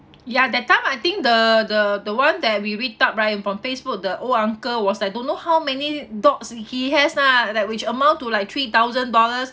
ya that time I think the the the one that we read up right from Facebook the old uncle was like don't know how many dots he has ah that which amount to like three thousand dollars